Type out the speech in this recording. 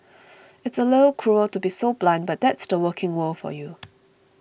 it's a little cruel to be so blunt but that's the working world for you